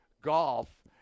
golf